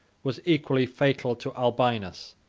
was equally fatal to albinus.